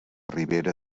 ribera